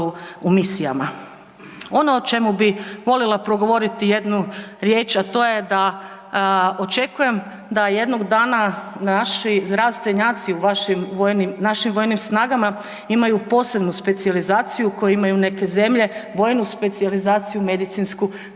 u misijama. Ono o čemu bi volila progovoriti jednu riječ a to je da očekujem da jednog dana naši zdravstvenjaci u našim vojnim snagama imaju posebnu specijalizaciju koje imaju neke zemlje, vojnu specijalizaciju medicinsku kako